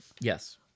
Yes